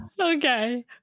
Okay